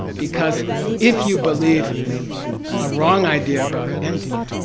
because if you believe a wrong idea about emptiness,